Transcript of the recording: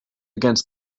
against